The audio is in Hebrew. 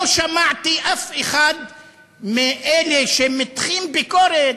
לא שמעתי אף אחד מאלה שמותחים ביקורת.